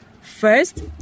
First